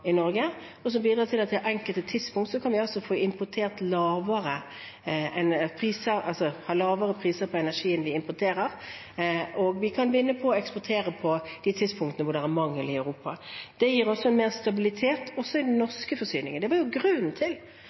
i Norge, og som bidrar til at vi på enkelte tidspunkter kan få lavere priser på energien vi importerer, og vi kan vinne på å eksportere på de tidspunktene det er mangel i Europa. Det gir også mer stabilitet, også i den norske forsyningen. Det var grunnen til at vi laget det nordiske kraftmarkedet. Grunnen til